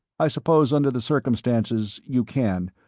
i suppose under the circumstances, you can.